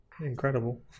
incredible